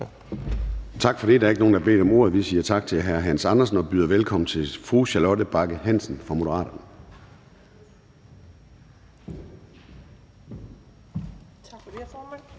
Tak for det. Der er ikke nogen, der har bedt om ordet. Vi siger tak til hr. Hans Andersen og byder velkommen til fru Charlotte Bagge Hansen fra Moderaterne. Kl. 13:11 (Ordfører)